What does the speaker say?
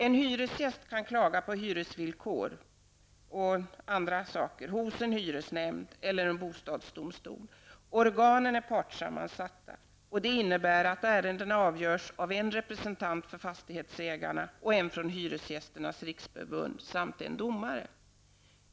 En hyresgäst kan klaga på hyresvillkor och dylikt hos hyresnämnd eller bostadsdomstol. Organen är partssammansatta, vilket innebär att ärendena avgörs av en representant för fastighetsägarna och en från Hyresgästernas Riksförbund samt en domare.